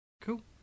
Cool